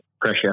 pressure